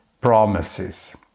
promises